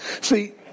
See